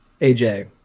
AJ